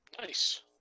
Nice